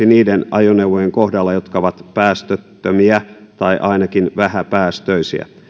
niiden ajoneuvojen kohdalla jotka ovat päästöttömiä tai ainakin vähäpäästöisiä